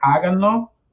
háganlo